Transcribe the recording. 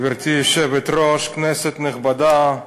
גברתי היושבת-ראש, כנסת נכבדה,